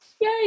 Yay